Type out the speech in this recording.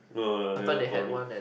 no no no they are not colleague